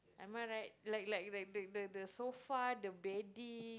am I right like like like the the sofa the bedding